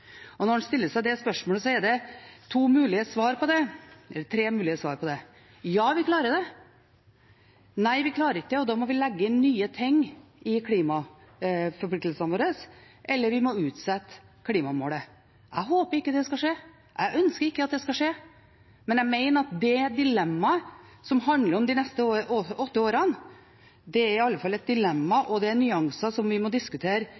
Og når en stiller seg det spørsmålet, er det tre mulige svar på det: Ja, vi klarer det. Nei, vi klarer det ikke, og da må vi legge inn nye ting i klimaforpliktelsene våre. Vi må utsette klimamålet. Jeg håper ikke det siste skal skje, jeg ønsker ikke at det skal skje. Men jeg mener at det dilemmaet som handler om de neste åtte årene, iallfall er et dilemma, og det er nyanser som vi må diskutere